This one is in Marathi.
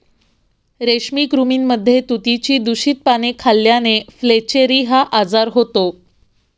रेशमी कृमींमध्ये तुतीची दूषित पाने खाल्ल्याने फ्लेचेरी हा आजार होतो